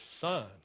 son